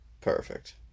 perfect